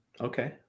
Okay